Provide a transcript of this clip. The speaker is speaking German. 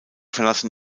verlassen